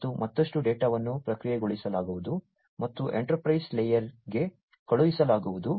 ಮತ್ತು ಮತ್ತಷ್ಟು ಡೇಟಾವನ್ನು ಪ್ರಕ್ರಿಯೆಗೊಳಿಸಲಾಗುವುದು ಮತ್ತು ಎಂಟರ್ಪ್ರೈಸ್ ಲೇಯರ್ಗೆ ಕಳುಹಿಸಲಾಗುವುದು